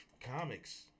comics